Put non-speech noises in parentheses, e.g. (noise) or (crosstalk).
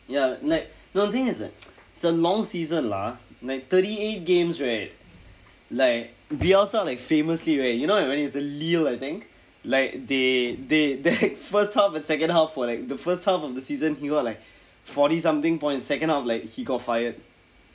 ya like no the thing is that (noise) it's a long season lah like thirty eight games right like bring us out like famously right you know it's I think like they they they (laughs) first half and second half for like the first half of the season he got like forty something points second half like he got fired